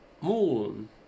moon